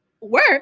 Work